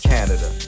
Canada